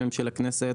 חלקם של הכנסת,